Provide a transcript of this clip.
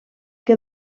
que